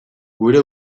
gure